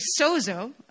sozo